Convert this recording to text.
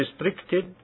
restricted